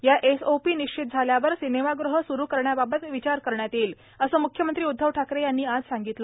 या एसओपी निश्चित झाल्यावर सिनेमागृहे सुरु करण्याबाबत विचार करण्यात येईल असे म्ख्यमंत्री उद्वव ठाकरे यांनी आज सांगितले